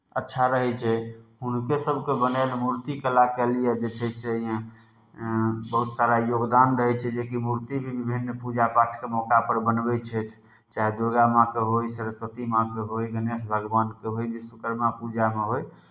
अच्छा रहै छै हुनकेसभके बनायल मूर्ति कलाके लिए जे छै से बहुत सारा योगदान रहै छै जेकि मूर्ति विभिन्न पूजा पाठके मौकापर बनबै छथि चाहे दुर्गा माँके होय सरस्वती माँके होय गणेश भगवानके होय विश्वकर्मा पूजामे होय